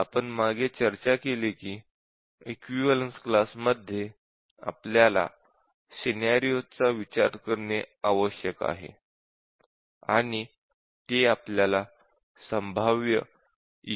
आपण मागे चर्चा केली की इक्विवलेन्स क्लास मध्ये आपल्याला सिनॅरिओज चा विचार करणे आवश्यक आहे आणि ते आपल्याला संभाव्य